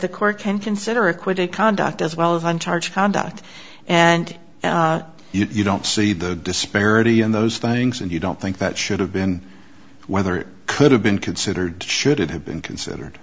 the court can consider acquitted conduct as well as uncharged conduct and you don't see the disparity in those things and you don't think that should have been whether it could have been considered should it have been considered